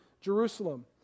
Jerusalem